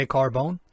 Carbone